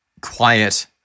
quiet